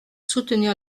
soutenir